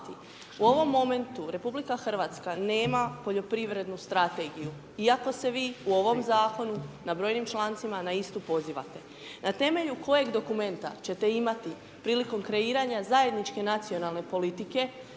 U ovom momentu RH nema poljoprivrednu strategiju iako se vi u ovom Zakonu na brojnim člancima na istu pozivate. Na temelju kojeg dokumenta ćete imati prilikom kreiranja zajedničke nacionalne politike